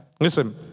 listen